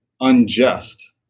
unjust